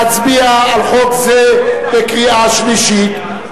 להצביע על חוק זה בקריאה שלישית.